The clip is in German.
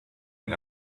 den